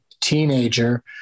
teenager